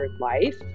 life